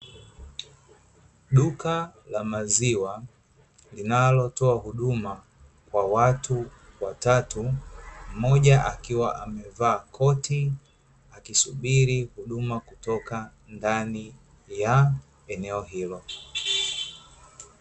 Duka la maziwa, linalotoa huduma kwa watu watatu, mmoja akiwa amevaa koti, akisubiri huduma kutoka ndani ya eneo hilo.